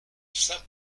saint